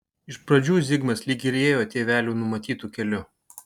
iš pradžių zigmas lyg ir ėjo tėvelių numatytu keliu